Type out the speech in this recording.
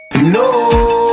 No